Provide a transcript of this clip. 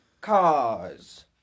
Cars